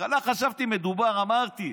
בהתחלה חשבתי שמדובר, אמרתי,